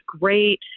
great